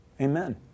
Amen